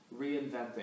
reinventing